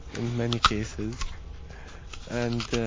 in many cases and,